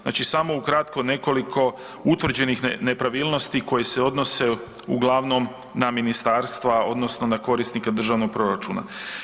Znači samo ukratko nekoliko utvrđenih nepravilnosti koje se odnose uglavnom na ministarstva odnosno na korisnike državnog proračuna.